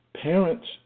parents